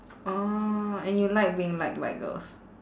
orh and you like being liked by girls